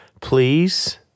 Please